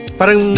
parang